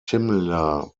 similar